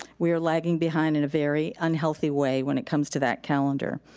we are lagging behind in a very unhealthy way when it comes to that calendar.